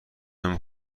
نمی